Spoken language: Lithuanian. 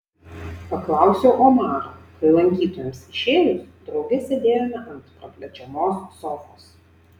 paklausiau omaro kai lankytojams išėjus drauge sėdėjome ant praplečiamos sofos